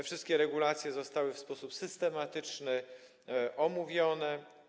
Wszystkie regulacje zostały w sposób systematyczny omówione.